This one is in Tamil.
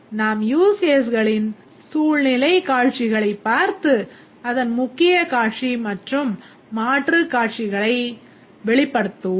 நாம் use caseகளின் சூழ்நிலைக்காட்சிகளைப் பார்த்து அதன் முக்கிய காட்சி மற்றும் மாற்று காட்சிகளை வெளிப்படுத்துவோம்